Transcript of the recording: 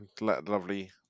lovely